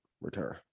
return